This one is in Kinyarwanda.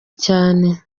cyane